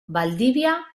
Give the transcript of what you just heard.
valdivia